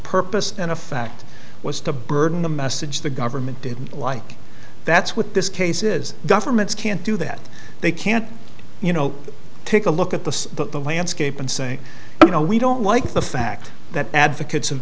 purpose and a fact was to burden the message the government didn't like that's what this case is governments can't do that they can't you know take a look at the book the landscape and say you know we don't like the fact that advocates of